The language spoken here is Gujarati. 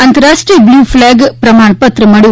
આંતરરાષ્ટ્રીય બ્લુ ફલેગ પ્રમાણપત્ર મબ્યું